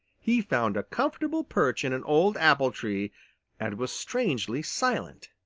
he found a comfortable perch in an old apple-tree and was strangely silent.